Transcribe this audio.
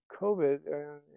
COVID